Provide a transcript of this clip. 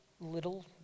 little